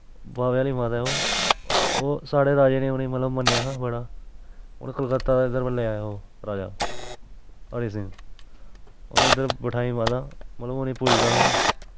बावे आह्ली माता ऐ ओह् ओह् साढ़े राजे ने उस्सी मन्नेआ हा बड़ा उनें कलकता दा इद्धर ले आया ओह् राजा हरि सिंह उन्ने इद्धर बठाई माता मतलव उनें पुजदा हा ओह्